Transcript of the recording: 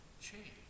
change